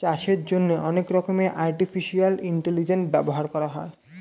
চাষের জন্যে অনেক রকমের আর্টিফিশিয়াল ইন্টেলিজেন্স ব্যবহার করা হয়